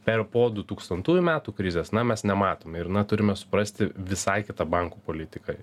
per po du tūkstantųjų metų krizes na mes nematome ir na turime suprasti visai kita bankų politika